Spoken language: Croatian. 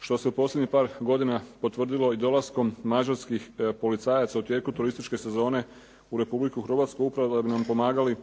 što se u posljednjih par godina potvrdilo i dolaskom mađarskih policajaca u tijeku turističke sezone u Republiku Hrvatsku upravo da bi nam pomagali